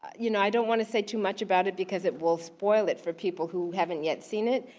you know i don't want to say too much about it because it will spoil it for people who haven't yet seen it.